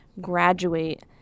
graduate